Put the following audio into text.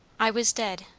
i was dead,